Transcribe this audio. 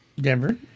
Denver